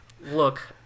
look